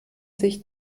sich